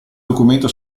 documento